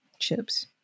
chips